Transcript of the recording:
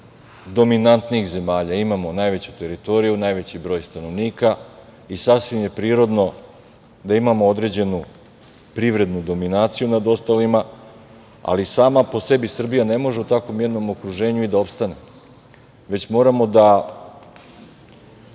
dominantnijih zemalja. Imamo najveću teritoriju, najveći broj stanovnika i sasvim je prirodno da imamo određenu privrednu dominaciju nad ostalima. Ali, sama po sebi, Srbija ne može u tako mirnom okruženju i da opstane, već moramo uz